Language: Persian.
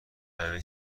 همه